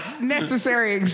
Necessary